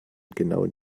genauen